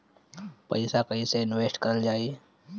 पैसा कईसे इनवेस्ट करल जाई?